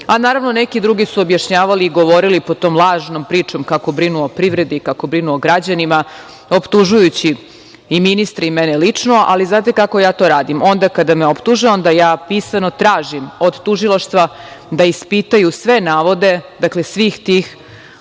godina. Naravno, neki drugi su objašnjavali i govorili, pod tom lažnom pričom, kako brinu o privredi, kako brinu o građanima, optužujući i ministre i mene lično, ali znate kako ja to radim? Kada me optuže, onda ja pisano tražim od tužilaštva da ispitaju sve navode, dakle, svih tih,